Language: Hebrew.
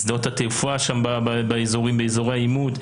שדות התעופה באזורי העימות,